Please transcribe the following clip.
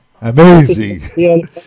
Amazing